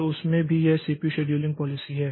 तो उसमें भी यह सीपीयू शेड्यूलिंग पॉलिसी है